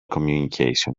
communication